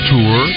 Tour